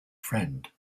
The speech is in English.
friend